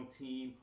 team